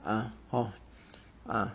uh hor uh